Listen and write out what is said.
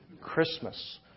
Christmas